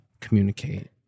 communicate